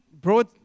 brought